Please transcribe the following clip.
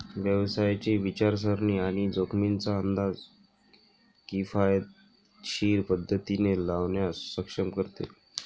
व्यवसायाची विचारसरणी आणि जोखमींचा अंदाज किफायतशीर पद्धतीने लावण्यास सक्षम करते